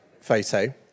photo